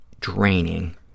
draining